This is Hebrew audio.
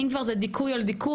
אם כבר זה דיכוי על דיכוי,